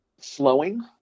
slowing